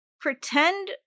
pretend